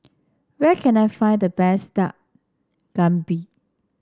where can I find the best Dak Galbi